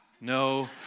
no